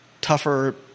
tougher